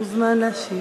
אתה מוזמן להשיב.